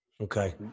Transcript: Okay